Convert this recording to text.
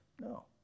No